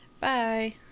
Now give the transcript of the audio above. Bye